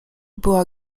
była